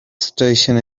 stations